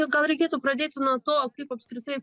gal reikėtų pradėti nuo to kaip apskritai